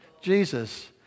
Jesus